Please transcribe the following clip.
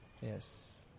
yes